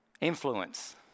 Influence